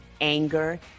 anger